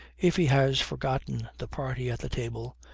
if he has forgotten the party at the table,